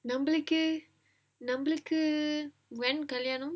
நம்பளுக்கு நம்மளுக்கு:nambalukku nammalukku when kalyanam